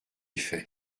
fait